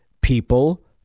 people